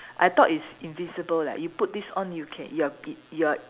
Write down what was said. I thought it's invisible leh you put this on you can you are you are